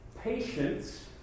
Patience